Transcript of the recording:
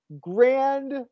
grand